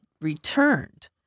returned